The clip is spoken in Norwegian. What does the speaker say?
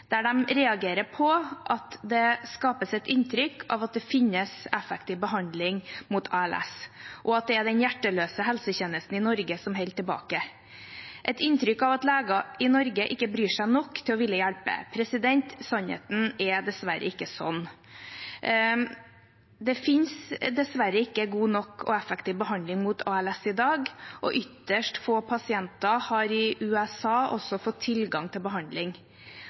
der de reagerer på at det skapes et inntrykk av at det finnes effektiv behandling mot ALS, og at det er den hjerteløse helsetjenesten i Norge som holder tilbake, et inntrykk av at legene i Norge ikke bryr seg nok til å ville hjelpe. Sannheten er ikke sånn. Det finnes dessverre ikke god nok og effektiv nok behandling mot ALS i dag, og ytterst få pasienter har i USA fått tilgang til behandling.